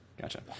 Gotcha